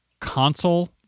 console